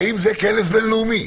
האם זה כנס בין-לאומי?